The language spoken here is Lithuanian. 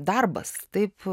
darbas taip